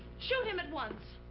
shoot him at once.